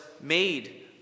made